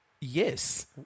Yes